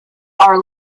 are